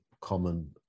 common